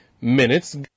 minutes